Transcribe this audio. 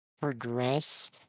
progress